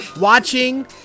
watching